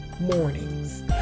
mornings